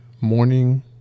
morning